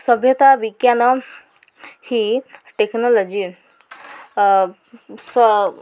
ସଭ୍ୟତା ବିଜ୍ଞାନ ହି ଟେକ୍ନୋଲୋଜି